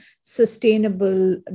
sustainable